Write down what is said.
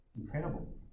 incredible